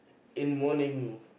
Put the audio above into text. in morning no